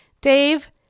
Dave